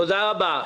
תודה רבה.